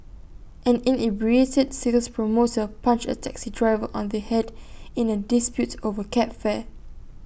an inebriated sales promoter punched A taxi driver on the Head in A dispute over cab fare